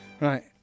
Right